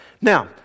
Now